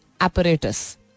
apparatus